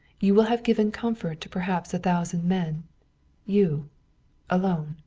you will have given comfort to perhaps a thousand men you alone!